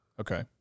okay